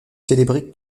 célébré